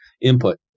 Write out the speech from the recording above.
input